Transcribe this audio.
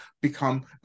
become